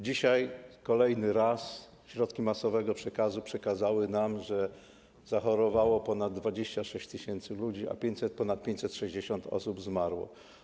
Dzisiaj kolejny raz środki masowego przekazu przekazały nam, że zachorowało ponad 26 tys. ludzi, a ponad 560 osób zmarło.